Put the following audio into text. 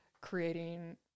creating